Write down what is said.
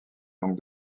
donc